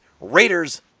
Raiders